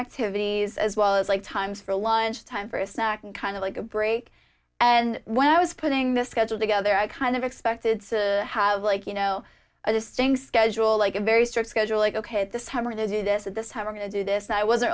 activities as well as like times for lunch time for a snack and kind of like a break and when i was putting the schedule together i kind of expected to have like you know a distinct schedule like a very strict schedule like ok this hammer to do this at this time we're going to do this i wasn't